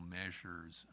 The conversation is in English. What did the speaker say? measures